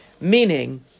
Meaning